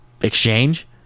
exchange